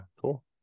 Cool